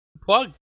Plug